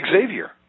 Xavier